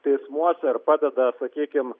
teismuose ir padeda sakykim